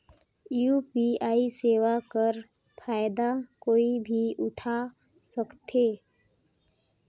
UPI सेवा कर फायदा कोई भी उठा सकथे?